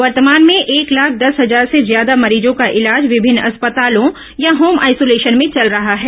वर्तमान में एक लाख दस हजार से ज्यादा मरीजों का इलाज विभिन्न अस्पतालों या होम आइसोलेशन में चल रहा है